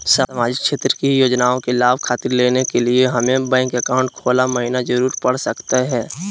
सामाजिक क्षेत्र की योजनाओं के लाभ खातिर लेने के लिए हमें बैंक अकाउंट खोला महिना जरूरी पड़ सकता है?